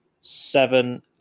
seven